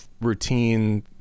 routine